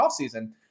offseason